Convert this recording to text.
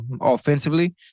offensively